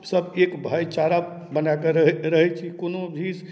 सब एक भाइचारा बनाए कऽ रहैत रहैत छी कोनो भी